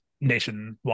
nationwide